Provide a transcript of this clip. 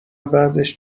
بعدش